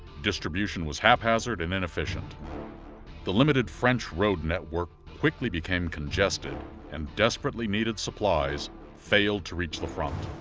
distribution was haphazard and inefficient the limited french road network quickly became congested and desperately needed supplies failed to reach the front.